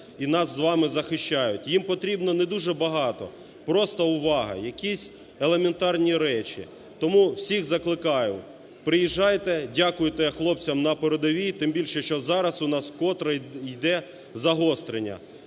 і нас з вами захищають. Їм потрібно не дуже багато: просто увага, якісь елементарні речі. Тому всіх закликаю, приїжджайте, дякуйте хлопцям на передовій, тим більше, що зараз у нас вкотре йде загострення.